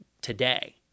today